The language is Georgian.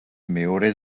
მეორე